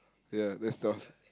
ya that's tough